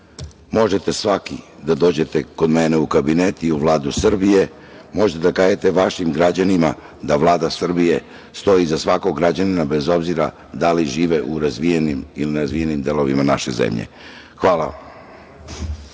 može svako da dođe kod mene u kabinet i u Vladu Srbije i možete da kažete vašim građanima da Vlada Srbije stoji iza svakog građanina bez obzira da li žive u razvijenim ili nerazvijenim delovima naše zemlje. Hvala